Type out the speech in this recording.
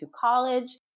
college